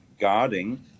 guarding